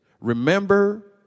remember